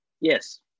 Yes